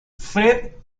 fred